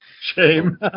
shame